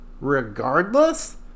Regardless